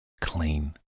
clean